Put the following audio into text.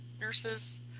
nurses